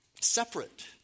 separate